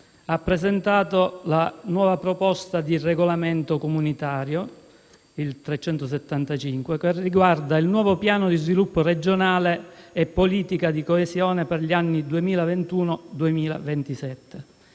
ha presentato la nuova proposta di regolamento comunitario n. 375 che riguarda il nuovo piano di sviluppo regionale e politica di coesione per gli anni 2021-2027.